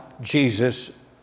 Jesus